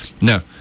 no